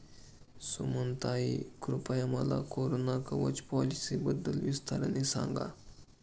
सुमनताई, कृपया मला कोरोना कवच पॉलिसीबद्दल विस्ताराने सांगा